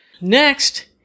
Next